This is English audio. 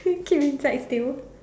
keep inside still